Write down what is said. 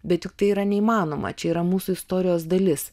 bet juk tai yra neįmanoma čia yra mūsų istorijos dalis